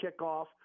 kickoff